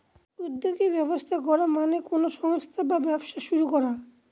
উদ্যোগী ব্যবস্থা করা মানে কোনো সংস্থা বা ব্যবসা শুরু করা